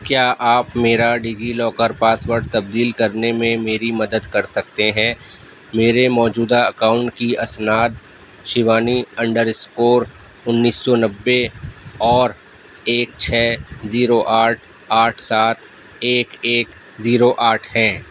کیا آپ میرا ڈیجی لاکر پاسورڈ تبدیل کرنے میں میری مدد کر سکتے ہیں میرے موجودہ اکاؤنٹ کی اسناد شیوانی انڈر اسکور انیس سو نبے اور ایک چھ زیرو آٹھ آٹھ سات ایک ایک زیرو آٹھ ہیں